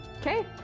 Okay